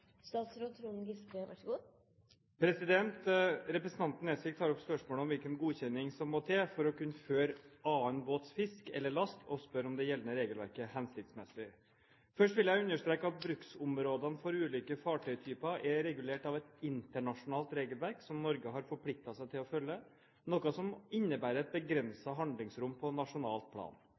Representanten Nesvik tar opp spørsmålet om hvilken godkjenning som må til for å kunne føre annen båts fisk eller last, og spør om det gjeldende regelverket er hensiktsmessig. Først vil jeg understreke at bruksområdene for ulike fartøytyper er regulert av et internasjonalt regelverk som Norge har forpliktet seg til å følge, noe som innebærer et begrenset handlingsrom på nasjonalt plan.